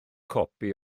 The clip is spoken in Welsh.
copi